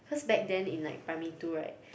cause back then in like primary two right